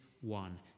one